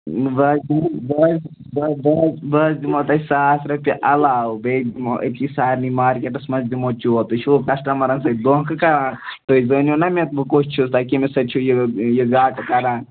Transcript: بہٕ حظ دِمہو بہٕ حظ بہٕ حظ بہٕ حظ دِمہو تۄہہِ ساس رۄپیہِ علاوٕ بیٚیہِ دِمہو أتی سارنٕے مارکٮ۪ٹَس منٛز دِمہو چوب تُہۍ چھُوٕ کَسٹٕمرن سۭتۍ دوکھٕ کَران تُہۍ زٲنِو نا مےٚ بہٕ کُس چھُس تۄہہِ کٔمِس سۭتۍ چھُو یہِ یہِ گاٹہٕ کَران